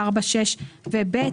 (4), (6) ו-(ב)".